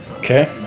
Okay